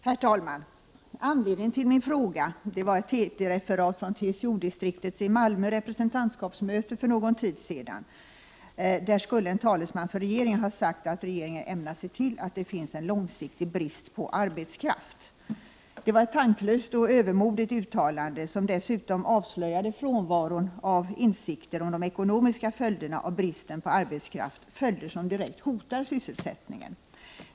Herr talman! Anledningen till min fråga var ett TT-referat från TCO distriktets i Malmö representantskapsmöte för någon tid sedan. Där skulle en talesman för regeringen ha sagt att regeringen ämnar se till att det finns en långsiktig brist på arbetskraft. Det var ett tanklöst och övermodigt uttalande som dessutom avslöjade frånvaron av insikter om de ekonomiska följderna av brist på arbetskraft, följder som direkt hotar sysselsättningen.